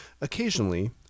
Occasionally